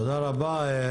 תודה רבה.